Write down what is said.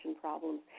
problems